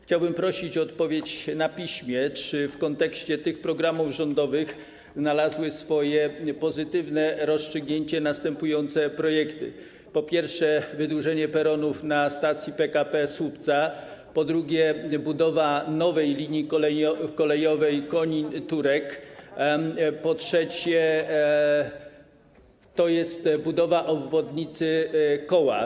Chciałbym prosić o odpowiedź na piśmie na pytanie, czy w kontekście tych programów rządowych znalazły pozytywne rozstrzygnięcie następujące projekty: po pierwsze, wydłużenie peronów na stacji PKP Słupca, po drugie, budowa nowej linii kolejowej Konin - Turek, po trzecie budowa obwodnicy Koła.